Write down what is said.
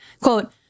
Quote